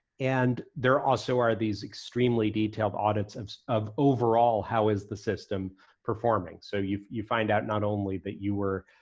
and there also are these extremely detailed audits of of overall how is the system performing. so you you find out not only that you were